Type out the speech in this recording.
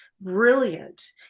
brilliant